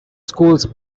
schools